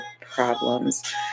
problems